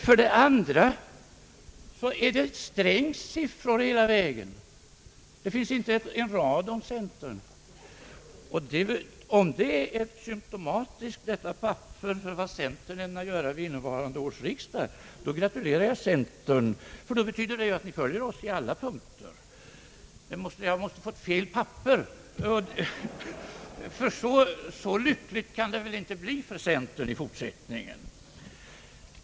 För det andra är det på detta papper finansminister Strängs siffror hela vägen; det finns inte en rad med centerpartiets. Om detta papper är symptomatiskt för vad centerpartiet ämnar göra under innevarande års riksdag, gratulerar jag centern, ty det innebär att ni följer oss på alla punkter. Men jag måste ha fått fel papper, ty så lyckligt kan det väl inte bli för centerpartiet i fortsättningen.